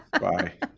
Bye